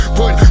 put